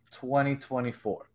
2024